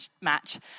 match